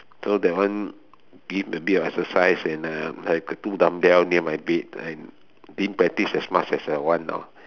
so that one give a bit of exercise and uh I got two dumbbell near my bed and did practice as much as I want now